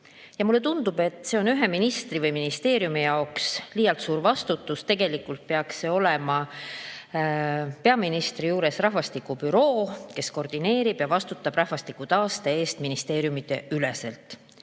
Ja mulle tundub, et see on ühe ministri või ministeeriumi jaoks liialt suur vastutus. Tegelikult peaks olema peaministri juures rahvastikubüroo, kes koordineerib ja vastutab rahvastiku taastamise eest ministeeriumideüleselt,